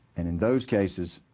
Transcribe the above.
and in those cases,